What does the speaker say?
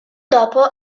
dopo